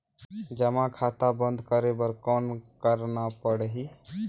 जमा खाता बंद करे बर कौन करना पड़ही?